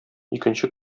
икенче